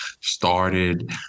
started